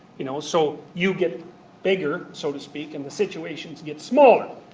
you know so you get bigger, so to speak, and the situations get smaller.